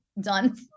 done